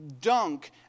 dunk